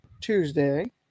Tuesday